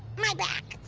my back,